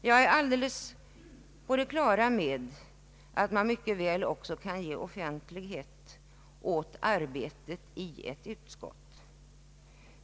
Jag är fullt på det klara med att man mycket väl kan ge offentlighet även åt arbetet i ett utskott.